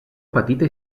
petita